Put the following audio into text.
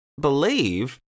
believe